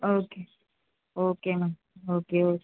okay okay ma'am okay okay